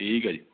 ਠੀਕ ਹੈ ਜੀ